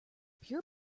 pure